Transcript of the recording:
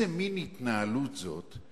איזה מין התנהלות זאת,